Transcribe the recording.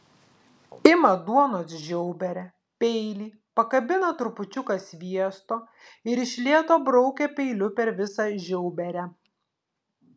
ima duonos žiauberę peilį pakabina trupučiuką sviesto ir iš lėto braukia peiliu per visą žiauberę